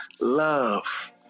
Love